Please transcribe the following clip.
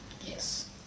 Yes